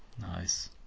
Nice